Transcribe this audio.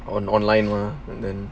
on online mah and then